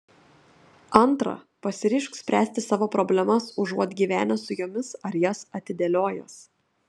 antra pasiryžk spręsti savo problemas užuot gyvenęs su jomis ar jas atidėliojęs